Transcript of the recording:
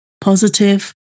positive